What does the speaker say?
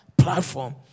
platform